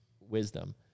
wisdom